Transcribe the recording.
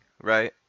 right